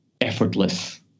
effortless